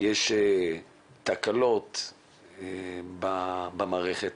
יש תקלות במערכת,